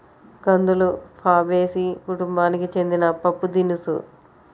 కందులు ఫాబేసి కుటుంబానికి చెందిన పప్పుదినుసు